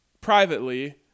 privately